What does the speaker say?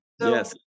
yes